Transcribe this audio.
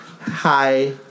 Hi